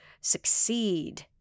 succeed